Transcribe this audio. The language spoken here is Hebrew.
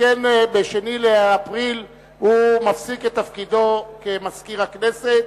שכן ב-2 באפריל הוא מפסיק את תפקידו כמזכיר הכנסת.